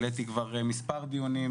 העליתי כבר מספר דיונים,